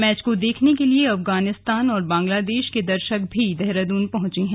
match को देखने के लिए अफगानिस्तान और बांग्लादेश के दर्शक भी देहरादून पहंचे हैं